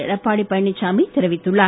எடப்பாடி பழனிசாமி தெரிவித்துள்ளார்